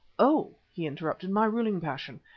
oh! he interrupted, my ruling passion.